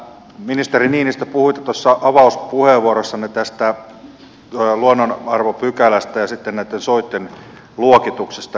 ministeri niinistö puhuitte avauspuheenvuorossanne tästä luonnonarvopykälästä ja sitten näitten soitten luokituksesta